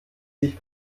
sich